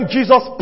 Jesus